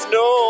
no